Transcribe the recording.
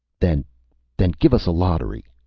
then then give us a lottery!